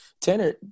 Tanner